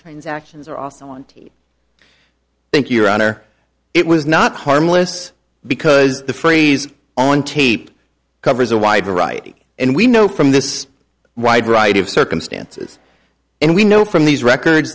transactions are also on thank you roger it was not harmless because the phrase on tape covers a wide variety and we know from this wide variety of circumstances and we know from these record